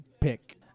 pick